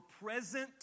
present